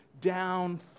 down